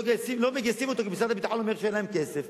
לא מגייסים אותם כי משרד הביטחון אומר שאין להם כסף.